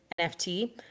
nft